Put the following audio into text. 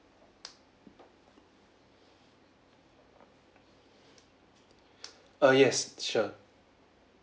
err yes sure